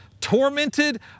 tormented